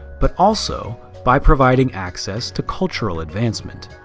but also by providing access to cultural advancement.